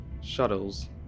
shuttles